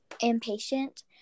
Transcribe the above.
impatient